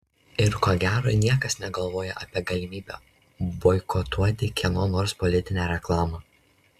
ir ko gero niekas negalvojo apie galimybę boikotuoti kieno nors politinę reklamą